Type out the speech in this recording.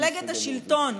מפלגת השלטון.